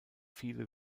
viele